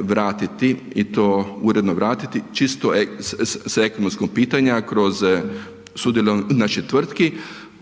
vratiti i to uredno vratiti, čisto s ekonomskog pitanja, kroz sudjelovanja našoj tvrtki